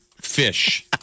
fish